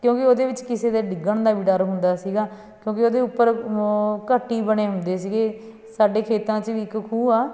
ਕਿਉਂਕਿ ਉਹਦੇ ਵਿੱਚ ਕਿਸੇ ਦੇ ਡਿੱਗਣ ਦਾ ਵੀ ਡਰ ਹੁੰਦਾ ਸੀਗਾ ਕਿਉਂਕਿ ਉਹਦੇ ਉੱਪਰ ਘੱਟ ਹੀ ਬਣੇ ਹੁੰਦੇ ਸੀਗੇ ਸਾਡੇ ਖੇਤਾਂ 'ਚ ਵੀ ਇੱਕ ਖੂਹ ਆ